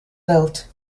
belt